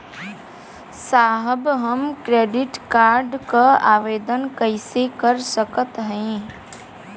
साहब हम credit card क आवेदन कइसे कर सकत हई?